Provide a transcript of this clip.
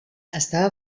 estava